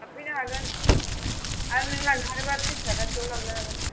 लांफैनो हागोन आरो नों लांथारोबा थ्रिस थाखासोआव लांनो हागोन